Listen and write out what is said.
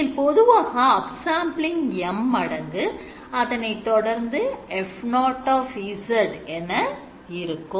இதில் பொதுவாக upsampling M மடங்கு அதனைத் தொடர்ந்து F0 என இருக்கும்